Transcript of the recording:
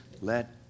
Let